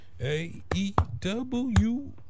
A-E-W